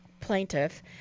plaintiff